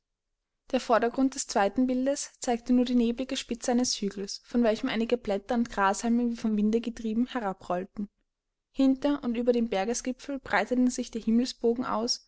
der vordergrund des zweiten bildes zeigte nur die neblige spitze eines hügels von welchem einige blätter und grashalme wie vom winde getrieben herabrollten hinter und über dem bergesgipfel breitete sich der himmelsbogen aus